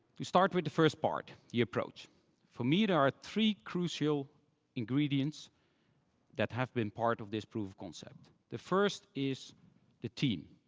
to start with the first part, the approach for me, there are three crucial ingredients that have been part of this proof concept. the first is the team.